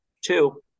Two